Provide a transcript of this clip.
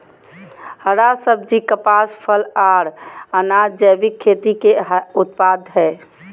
हरा सब्जी, कपास, फल, आर अनाज़ जैविक खेती के उत्पाद हय